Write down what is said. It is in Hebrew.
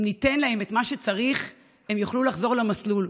אם ניתן להם את מה שצריך, הם יוכלו לחזור למסלול.